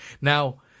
now